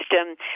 system